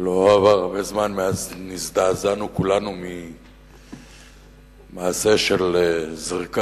לא עבר הרבה זמן מאז נזדעזענו כולנו ממעשה של זריקת